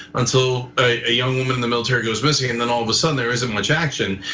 until a young woman in the military goes missing and then all of a sudden there isn't much action.